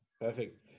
perfect